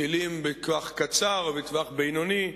טילים לטווח קצר ולטווח בינוני.